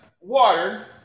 water